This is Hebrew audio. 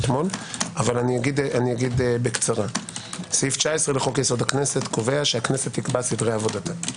אבל אומר - סעיף 19 לחוק יסוד: הכנסת קובע שהכנסת תקבע סדרי עבודתה.